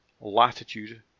latitude